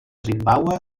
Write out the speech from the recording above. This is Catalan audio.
zimbàbue